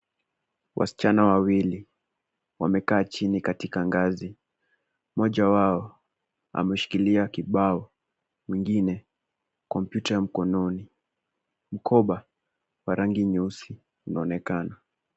Wasichana wawili wamekaa chini katika ngazi. Mmoja wao ameshikilia kibao mwingine kompyuta ya mkononi. Mkoba wa rangi nyeusi unaonekana.